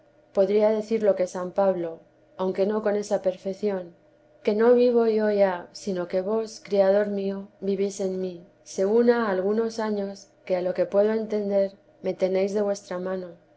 podría decir lo que san pablo aunque no con esa perfección que no vivo yo ya sino que vos criador mió vivís en mi según ha algunos años que a lo que puedo entender me tenéis de vuestra mano